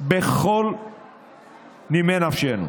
בכל נימי נפשנו.